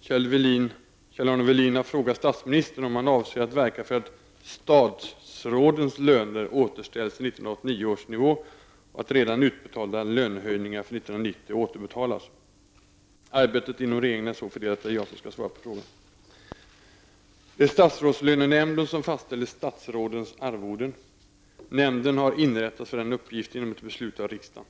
Kjell-ArneWelin har frågat statsministern om han avser att verka för att statsrådens löner återställs till 1989 års nivå och att redan utbetalda lönehöjningar för 1990 återbetalas. Arbetet inom regeringen är så fördelat att det är jag som skall svara på frågan. Det är statsrådslönenämnden som fastställer statsrådens arvoden. Nämnden har inrättats för den uppgiften genom ett beslut av riksdagen.